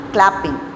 Clapping